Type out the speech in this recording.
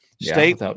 State